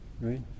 right